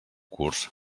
curs